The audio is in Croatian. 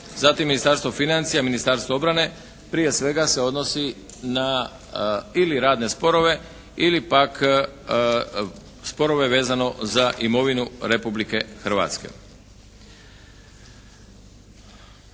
zatim Ministarstvo financija, Ministarstvo obrane, prije svega se odnosi ili na radne sporove ili pak sporove vezano za imovinu Republike Hrvatske.